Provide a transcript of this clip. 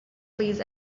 please